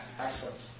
Excellent